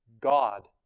God